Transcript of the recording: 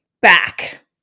back